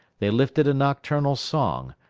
they lifted a nocturnal song,